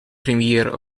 premiere